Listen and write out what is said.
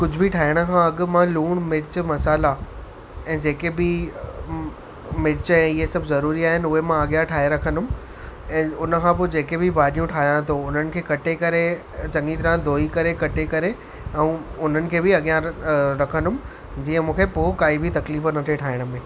कुझु बि ठाहिण खां अॻ मां लूणु मिर्चु मसाल्हा ऐं जेके बि मिर्च ऐं इहे सभु ज़रूरी आहिनि उहे मां अॻियां ठाहे रखंदुमि ऐं हुन खां पोइ जेके बि भाॼियूं ठाहियां थो हुननि खे कटे करे चङी तरह धोई करे कटे करे ऐं हुननि खे बि अॻियां रखंदुमि जीअं मूंखे पोइ काई बि तकलीफ़ु न थिए ठाहिण में